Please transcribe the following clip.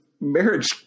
marriage